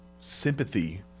sympathy